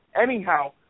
Anyhow